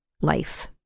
life